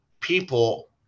people